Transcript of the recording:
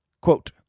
Quote